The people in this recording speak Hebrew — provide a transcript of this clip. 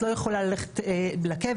את לא יכולה ללכת לקבר,